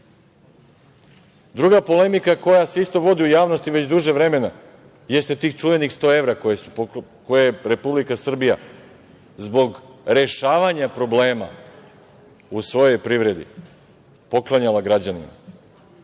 ćutao. Druga polemika koja se isto vodi u javnosti već duže vremena jeste tih čuvenih 100 evra koje je Republika Srbija, zbog rešavanja problema u svojoj privredi, poklanjala građanima.